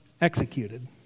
executed